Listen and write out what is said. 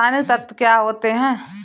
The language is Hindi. रसायनिक तत्व क्या होते हैं?